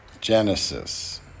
Genesis